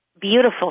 beautiful